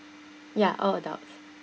ya all adults